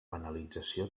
banalització